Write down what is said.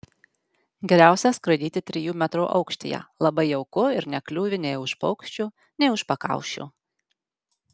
geriausia skraidyti trijų metrų aukštyje labai jauku ir nekliūvi nei už paukščių nei už pakaušių